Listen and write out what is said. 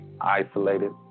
Isolated